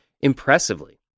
impressively